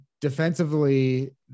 Defensively